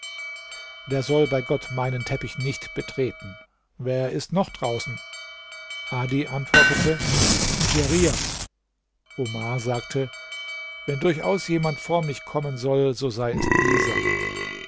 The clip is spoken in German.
der soll bei gott meinen teppich nicht betreten wer ist noch draußen adi antwortete djerir omar sagte wenn durchaus jemand vor mich kommen soll so sei es dieser